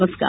नमस्कार